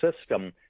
system